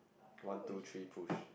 one two three push